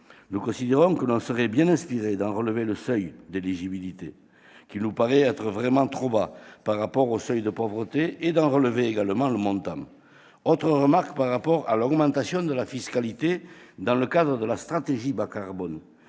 nous considérons que l'on serait bien inspiré d'en relever non seulement le seuil d'éligibilité, qui nous paraît être vraiment trop bas par rapport au seuil de pauvreté, mais également le montant. Par rapport à l'augmentation de la fiscalité dans le cadre de la stratégie nationale